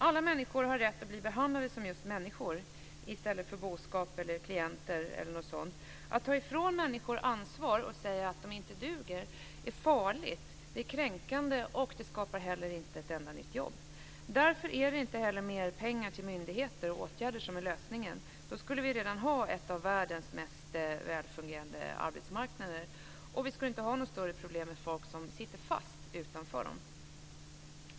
Alla människor har rätt att bli behandlade som just människor i stället för boskap, klienter eller någonting sådant. Att ta ifrån människor ansvar och säga att de inte duger är farligt. Det är kränkande, och det skapar heller inte ett enda nytt jobb. Därför är det inte heller mer pengar till myndigheter och åtgärder som är lösningen. Då skulle vi redan ha en av världens bäst fungerande arbetsmarknader, och vi skulle inte ha något större problem med folk som sitter fast utanför den.